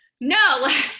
No